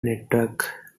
network